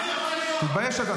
--- תתבייש אתה.